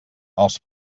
els